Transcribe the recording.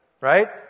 Right